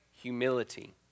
humility